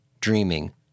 dreaming